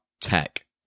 tech